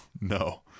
no